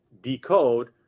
decode